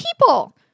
people